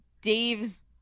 Dave's